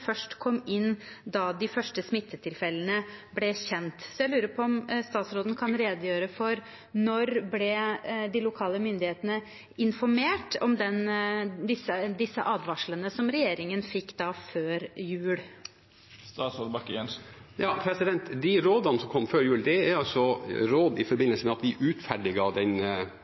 først kom inn da de første smittetilfellene ble kjent. Så jeg lurer på om statsråden kan redegjøre for når de lokale myndighetene ble informert om disse advarslene som regjeringen fikk før jul. De rådene som kom før jul, er råd i forbindelse med at vi utferdiget den